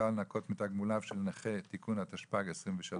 לנכות מתגמוליו של נכה תיקון התשפ"ג 2023,